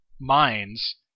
minds